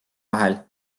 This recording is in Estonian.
vahel